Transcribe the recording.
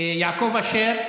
יעקב אשר.